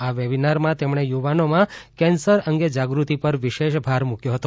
આ વેબિનારના તેમણે યુવાનોમાં કેન્સર અંગે જાગૃતિ પર વિશેષ ભાર મૂક્યો હતો